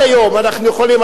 שעד היום אנחנו יכולים,